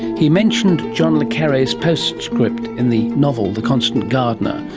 he mentioned john le carre's postscript in the novel the constant gardener,